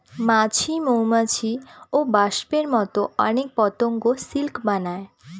মাছি, মৌমাছি, ওবাস্পের মতো অনেক পতঙ্গ সিল্ক বানায়